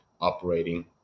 operating